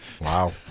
Wow